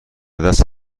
دست